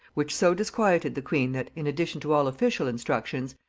which so disquieted the queen that, in addition to all official instructions,